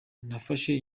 nafashe